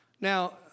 Now